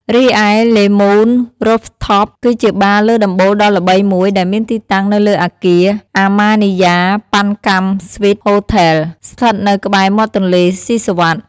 រីឯ លេ មូន រូហ្វថប (Le Moon Rooftop) គឺជាបារលើដំបូលដ៏ល្បីមួយ ដែលមានទីតាំងនៅលើអគារ អាម៉ានីយ៉ា ប៉ាន់កាំ ស៊្វីត ហូថេល (Amanjaya Pancam Suites Hotel) ស្ថិតនៅក្បែរមាត់ទន្លេសុីសុវត្ថិ។